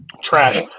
trash